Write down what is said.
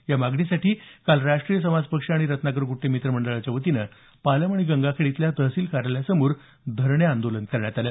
या मागणीसाठी काल राष्ट्रीय समाज पक्ष आणि रत्नाकर गुट्टे मित्र मंडळाच्या वतीनं पालम आणि गंगाखेड इथल्या तहसील कार्यालयासमोर धरणे आंदोलन करण्यात आलं